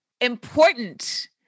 important